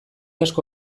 asko